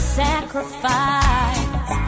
sacrifice